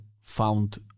found